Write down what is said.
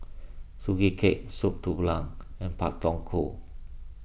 Sugee Cake Soup Tulang and Pak Thong Ko